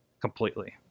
completely